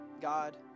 God